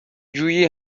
جویی